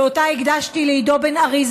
שאותה הקדשתי לעידו בן-ארי,